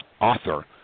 author